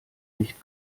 nicht